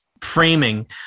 framing